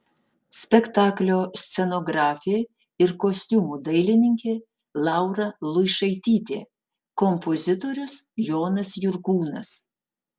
spektaklio scenografė ir kostiumų dailininkė laura luišaitytė kompozitorius jonas jurkūnas